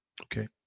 Okay